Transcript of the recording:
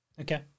Okay